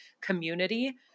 community